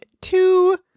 two